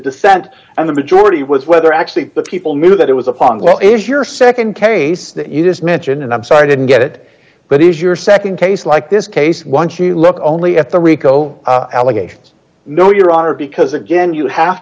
dissent and the majority was whether actually the people knew that it was upon what is your nd carry that you just mentioned and i'm sorry i didn't get it but it is your nd case like this case once you look only at the rico allegations no your honor because again you have